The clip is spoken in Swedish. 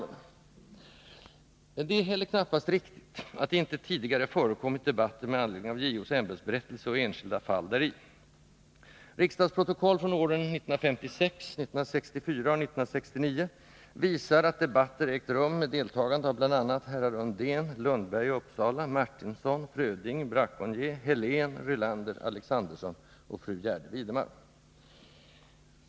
Men det är heller knappast riktigt att det inte tidigare förekommit debatter med anledning av JO:s ämbetsberättelse och enskilda fall däri. Riksdagsprotokoll från åren 1956, 1964 och 1969 visar att debatter ägt rum med deltagande av bl.a. herrar Undén, Lundberg i Uppsala, Martinsson, Fröding, Braconier, Helén, Rylander, Alexanderson och fru Gärde Widemar.